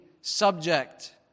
subject